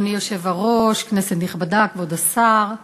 אדוני היושב-ראש, כנסת נכבדה, כבוד השר,